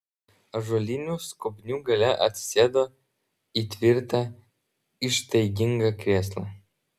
ąžuolinių skobnių gale atsisėdo į tvirtą ištaigingą krėslą